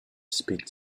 speak